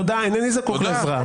תודה, אינני זקוק לעזרה.